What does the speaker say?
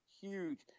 huge